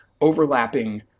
overlapping